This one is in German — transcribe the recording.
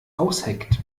ausheckt